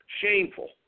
Shameful